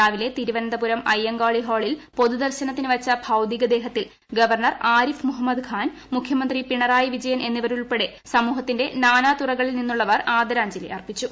രാവിലെ തിരുവനന്തപുരം അയ്യങ്കാളി ഹാളിൽ പൊതുദർശനത്തിന് വച്ച ഭൌതികദേഹത്തിൽ ഗവർണർ ആരിഫ് മുഹമ്മദ് ഖാൻ മുഖ്യമന്ത്രി പിണറായി വിജയൻ എന്നിവരുൾപ്പെടെ സമൂഹത്തിന്റെ നാനാതുറകളിൽ നിന്നുള്ളവർ ആദരാഞ്ജലി അർപ്പിച്ചു